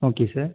okay sir